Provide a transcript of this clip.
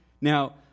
Now